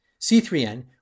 C3N